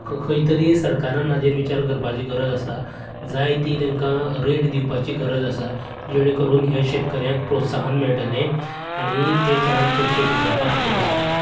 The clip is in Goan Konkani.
खंय तरी सरकारान हाचेर विचार करपाची गरज आसा जाय ती तेंका रेट दिवपाची गरज आसा जेणें करून ह्या शेतकऱ्यांक प्रोत्साहन मेळटलें आणी ते चडान चड शेती करपाक फुडें सरतले